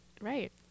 Right